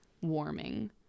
warming